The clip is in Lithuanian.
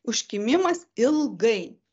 užkimimas ilgai